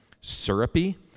Syrupy